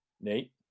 nate